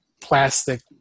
plastic